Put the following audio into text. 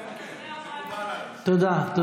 כן, מקובל עליי.